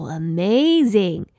amazing